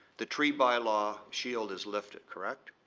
the tree by law shield is lifted, correct?